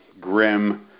grim